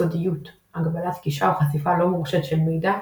סודיות – הגבלת גישה או חשיפה לא מורשית של מידע,